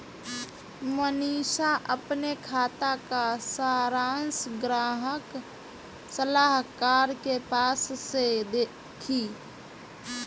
मनीषा अपने खाते का सारांश ग्राहक सलाहकार के पास से देखी